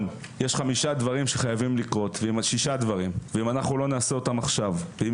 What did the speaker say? יש שישה דברים שחייבים לקרות ואם לא נעשה אותם עכשיו ואם